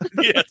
Yes